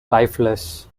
lifeless